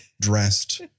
dressed